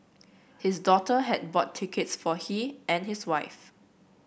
his daughter had bought tickets for he and his wife